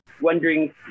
wondering